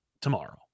tomorrow